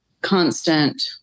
constant